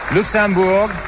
Luxembourg